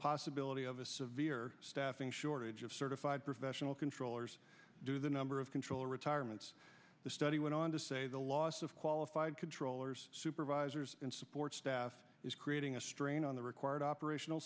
possibility of a severe staffing shortage of certified professional controllers do the number of controller retirements the study went on to say the loss of qualified controllers supervisors and support staff is creating a strain on the required operational